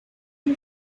una